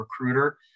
recruiter